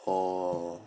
oh